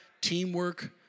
Teamwork